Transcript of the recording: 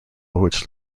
which